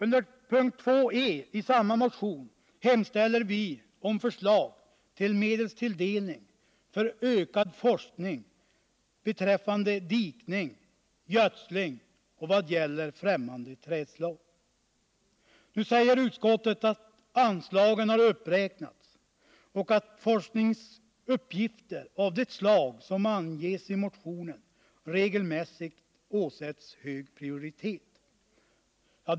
Under punkt 2 e) i samma motion hemställer vi om förslag till medelstilldelning för ökad forskning beträffande dikning, gödsling och vad gäller främmande trädslag. Nu säger man från utskottets sida att anslagen har uppräknats och att forskningsuppgifter av det slag som anges i motionen regelmässigt åsätts hög prioritet.